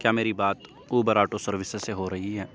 کیا میری بات اوبر آٹو سروسز سے ہو رہی ہے